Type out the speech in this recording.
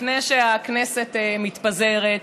לפני שהכנסת מתפזרת,